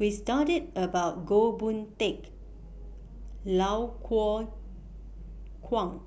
We studied about Goh Boon Teck Iau Kuo Kwong